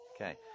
Okay